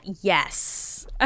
yes